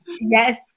Yes